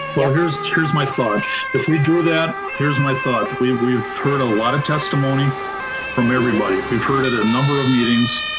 well, here's here's my thoughts. if we do that, here's my thought, we've we've heard a lot of testimony from everybody. we've heard it a number of meetings.